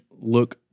look